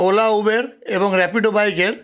OLA Uber এবং র্যাপিডো বাইকের